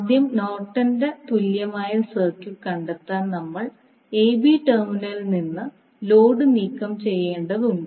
ആദ്യം നോർട്ടന്റെ തുല്യമായ സർക്യൂട്ട് കണ്ടെത്താൻ നമ്മൾ ab ടെർമിനലിൽ നിന്ന് ലോഡ് നീക്കം ചെയ്യേണ്ടതുണ്ട്